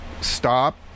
stop